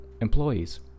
employees